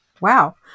Wow